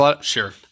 Sure